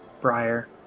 Briar